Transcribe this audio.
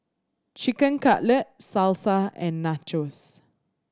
Chicken Cutlet Salsa and Nachos